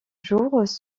jours